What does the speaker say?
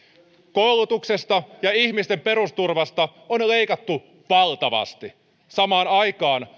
koulutuksesta ja ihmisten perusturvasta on on leikattu valtavasti samaan aikaan